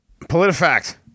PolitiFact